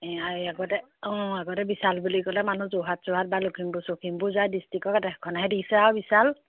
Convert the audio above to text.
এইয়াই আগতে অঁ আগতে বিশাল বুলি ক'লে মানুহ যোৰহাট চোৰহাট বা লখিমপুৰ চখিমপুৰ যায় ডিষ্টিকত এখনহে দিছে আৰু বিশাল